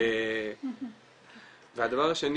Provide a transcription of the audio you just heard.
והדבר השני